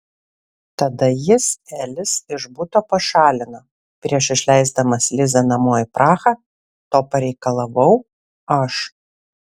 tada jis elis iš buto pašalino prieš išleisdamas lizą namo į prahą to pareikalavau aš